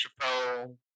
Chappelle